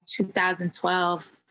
2012